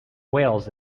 whales